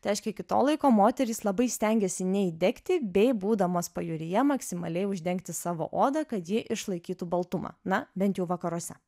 reiškia iki to laiko moterys labai stengėsi neįdegti bei būdamos pajūryje maksimaliai uždengti savo odą kad ji išlaikytų baltumą na bent jau vakaruose